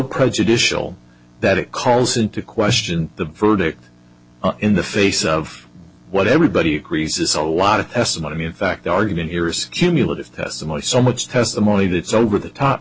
prejudicial that it calls into question the verdict in the face of what everybody agrees is a lot of testimony in fact the argument here is cumulative testimony so much testimony that's over the top